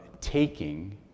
taking